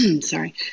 sorry